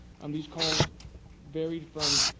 um these calls varied from